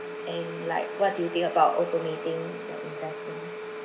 and like what do you think about automating their investments